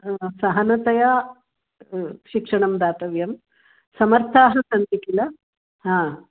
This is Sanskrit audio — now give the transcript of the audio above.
सहनतया शिक्षणं दातव्यं समर्थाः सन्ति किल हा